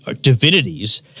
divinities